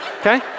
Okay